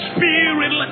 Spirit